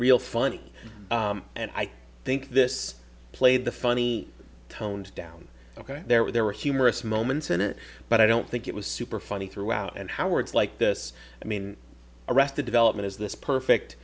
real funny and i think this played the funny toned down ok there were there were humorous moments in it but i don't think it was super funny throughout and how words like this i mean arrested development is this perfect